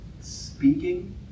speaking